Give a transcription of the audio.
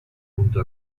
junto